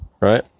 right